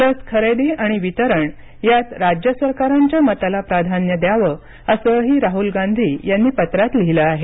लस खरेदी आणि वितरण यात राज्य सरकारांच्या मताला प्राधान्य द्यावं असंही राहुल गांधी यांनी पत्रात लिहिलं आहे